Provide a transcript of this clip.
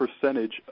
percentage